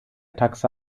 taxa